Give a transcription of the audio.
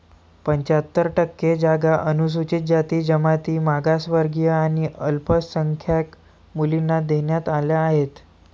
पंच्याहत्तर टक्के जागा अनुसूचित जाती, जमाती, मागासवर्गीय आणि अल्पसंख्याक मुलींना देण्यात आल्या आहेत